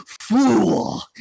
Fool